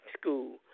School